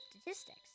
statistics